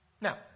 Now